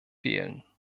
wählen